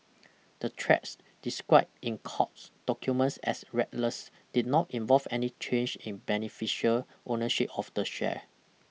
the trades described in courts documents as reckless did not involve any change in beneficial ownership of the share